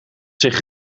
zich